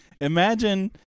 imagine